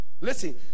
Listen